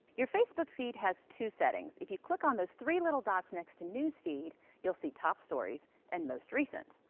your facebook feed has two settings. if you click on those three little dots next to news feed you'll see top stories and most recent.